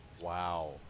Wow